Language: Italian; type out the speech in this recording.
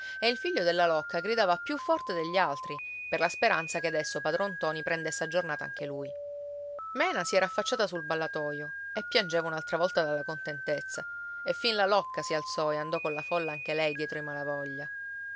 e il figlio della locca gridava più forte degli altri per la speranza che adesso padron ntoni prendesse a giornata anche lui mena si era affacciata sul ballatoio e piangeva un'altra volta dalla contentezza e fin la locca si alzò e andò colla folla anche lei dietro i malavoglia